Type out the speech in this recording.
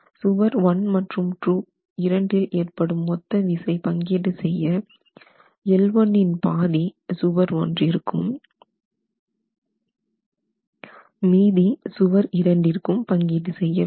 சுவர் 1 மற்றும் 2 இரண்டில் ஏற்படும் மொத்த விசை பங்கீடு செய்ய L1 இன் பாதி சுவர் ஒன்றிருக்கும் மீதம் சுவர் இரண்டிற்கும் பங்கீடு செய்ய வேண்டும்